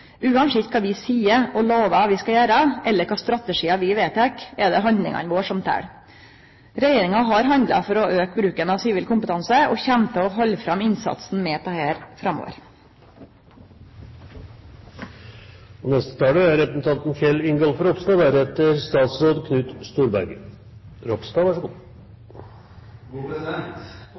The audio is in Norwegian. Uansett kva vi seier og lover at vi skal gjere, eller kva strategiar vi vedtek, er det handlingane våre som tel. Regjeringa har handla for å auke bruken av sivil kompetanse, og kjem til å halde fram innsatsen med dette framover. Førebygging må vere ein av grunntonane i politikken, ikkje minst er